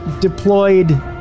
deployed